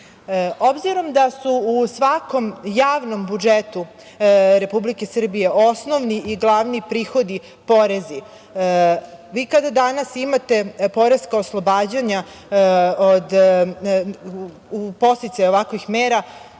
Srbiji. Obzirom da su u svakom javnom budžetu Republike Srbije osnovni i glavni prihodi porezi, vi kada danas imate poreska oslobađanja podsticaja ovakvih mera,